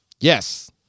Yes